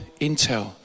intel